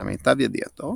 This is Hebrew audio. למיטב ידיעתו,